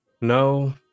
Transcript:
No